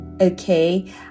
okay